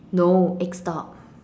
no egg stop